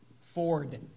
Ford